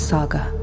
Saga